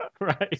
Right